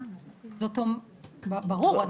ברור,